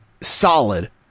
solid